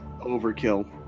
Overkill